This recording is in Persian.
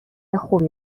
خوبی